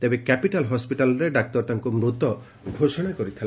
ତେବେ କ୍ୟାପିଟାଲ ହସ୍ପିଟାଲ୍ରେ ଡାକ୍ତର ତାଙ୍କୁ ମୃତ ଘୋଷଣା କରିଥିଲେ